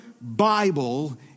Bible